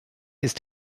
ist